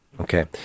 Okay